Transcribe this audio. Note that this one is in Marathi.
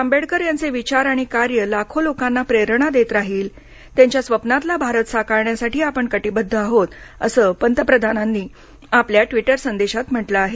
आंबेडकर यांचे विचार आणि कार्य लाखो लोकांना प्रेरणा देत राहील त्यांच्या स्वप्नातला भारत साकारण्यासाठी आपण कटिबद्ध आहोत असे पंतप्रधानांनी आपल्या ट्वीटर संदेशात म्हटले आहे